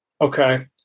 Okay